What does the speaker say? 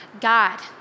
God